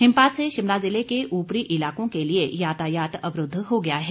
हिमपात से शिमला जिले के उपरी इलाकों के लिए यातायात अवरूद्व हो गया है